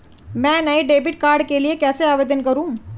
मैं नए debit card के लिए कैसे आवेदन करूं?